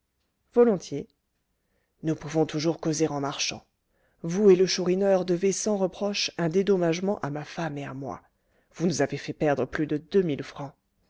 volontiers nous pouvons toujours causer en marchant vous et le chourineur devez sans reproche un dédommagement à ma femme et à moi vous nous avez fait perdre plus de deux mille francs